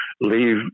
leave